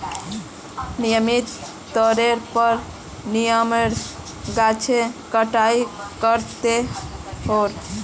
नियमित तौरेर पर नीमेर गाछेर छटाई कर त रोह